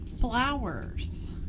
flowers